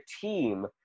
team –